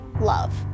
love